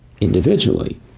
individually